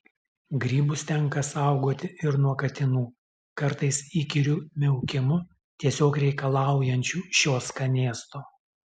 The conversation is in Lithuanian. grybus tenka saugoti ir nuo katinų kartais įkyriu miaukimu tiesiog reikalaujančių šio skanėsto